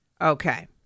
Okay